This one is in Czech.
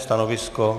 Stanovisko?